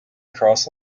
across